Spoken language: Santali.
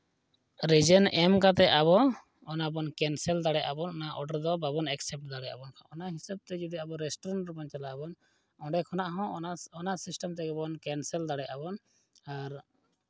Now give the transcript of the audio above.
ᱨᱤᱡᱮᱱ ᱮᱢ ᱠᱟᱛᱮᱫ ᱟᱵᱚ ᱚᱱᱟ ᱵᱚᱱ ᱠᱮᱱᱥᱮᱞ ᱫᱟᱲᱮᱭᱟᱜᱼᱟ ᱵᱚᱱ ᱚᱱᱟ ᱚᱰᱟᱨ ᱫᱚ ᱵᱟᱵᱚᱱ ᱮᱠᱥᱮᱯᱴ ᱫᱟᱲᱮᱭᱟᱜᱼᱟ ᱵᱚᱱ ᱚᱱᱟ ᱦᱤᱥᱟᱹᱵ ᱛᱮ ᱡᱩᱫᱤ ᱟᱵᱚ ᱨᱮᱥᱴᱩᱨᱮᱱᱴ ᱨᱮᱵᱚᱱ ᱪᱟᱞᱟᱜ ᱟᱵᱚᱱ ᱚᱸᱰᱮ ᱠᱷᱚᱱᱟᱜ ᱦᱚᱸ ᱚᱱᱟ ᱥᱤᱥᱴᱮᱢ ᱛᱮᱜᱮᱵᱚᱱ ᱠᱮᱱᱥᱮᱞ ᱫᱟᱲᱮᱭᱟᱜᱼᱟ ᱵᱚᱱ ᱟᱨ